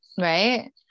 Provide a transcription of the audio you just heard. Right